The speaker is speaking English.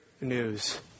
news